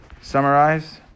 summarize